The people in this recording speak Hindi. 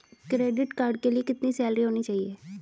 क्रेडिट कार्ड के लिए कितनी सैलरी होनी चाहिए?